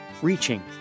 reaching